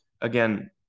again